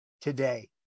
today